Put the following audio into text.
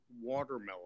watermelon